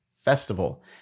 Festival